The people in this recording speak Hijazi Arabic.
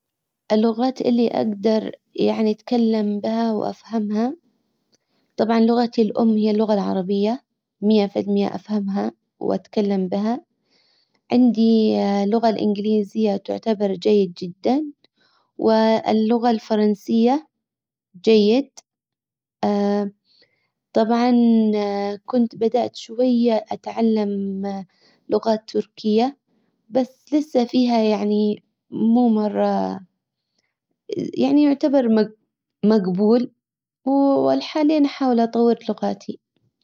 اللغات اللي اقدر يعني اتكلم بها وافهمها. طبعا لغتي الام هي اللغة العربية مئة في المئة افهمها واتكلم بها. عندي اللغة الانجليزية تعتبر جيد جدا. واللغة الفرنسية جيد طبعا كنت بدأت شوية اتعلم لغة تركية. بس لسه فيها يعني مو مرة يعني يعتبر مجبول والحالي انا احاول اطور لغاتي.